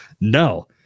No